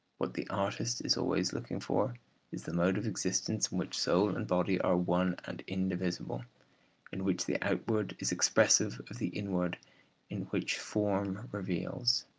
what the artist is always looking for is the mode of existence in which soul and body are one and indivisible in which the outward is expressive of the inward in which form reveals.